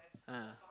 ah